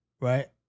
Right